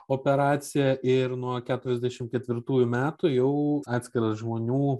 operacija ir nuo keturiasdešim ketvirtųjų metų jau atskiras žmonių